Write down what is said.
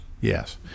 Yes